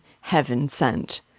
heaven-sent